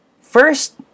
first